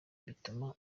bituma